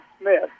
Smith